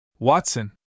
Watson